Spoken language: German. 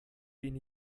wen